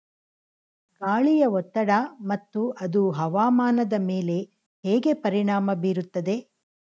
ಗಾಳಿಯ ಒತ್ತಡ ಮತ್ತು ಅದು ಹವಾಮಾನದ ಮೇಲೆ ಹೇಗೆ ಪರಿಣಾಮ ಬೀರುತ್ತದೆ?